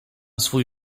swój